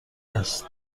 است